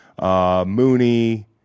Mooney